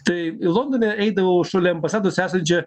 tai londone eidavau šalia ambasados esančią